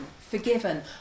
forgiven